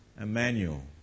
Emmanuel